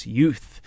youth